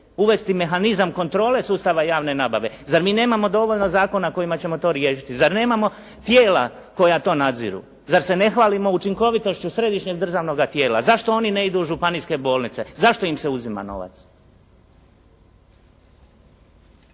uvesti mehanizam kontrole sustava javne nabave. Zar mi nemamo dovoljno zakona kojima ćemo to riješiti? Zar nemamo tijela koja to nadziru? Zar se ne hvalimo učinkovitošću središnjeg državnoga tijela? Zašto oni ne idu u županijske bolnice? Zašto im se uzima novac?